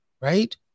right